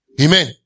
Amen